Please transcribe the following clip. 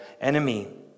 enemy